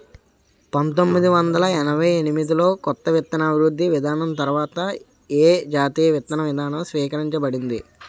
పంతోమ్మిది వందల ఎనభై ఎనిమిది లో కొత్త విత్తన అభివృద్ధి విధానం తర్వాత ఏ జాతీయ విత్తన విధానం స్వీకరించబడింది?